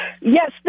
Yes